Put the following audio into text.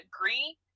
agree